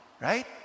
Right